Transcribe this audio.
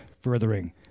furthering